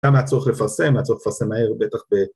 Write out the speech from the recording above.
‫גם הצורך לפרסם, ‫הצורך לפרסם מהר בטח ב...